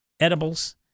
edibles